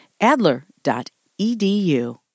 Adler.edu